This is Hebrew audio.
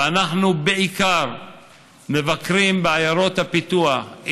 אנחנו בעיקר מבקרים בעיירות הפיתוח,